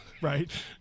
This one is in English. Right